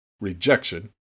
Rejection